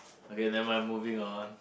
okay never mind moving on